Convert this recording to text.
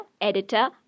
editor